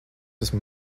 esmu